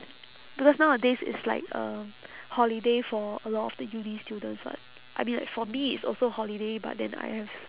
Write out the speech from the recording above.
because nowadays it's like um holiday for a lot of the uni students [what] I mean like for me it's also holiday but then I have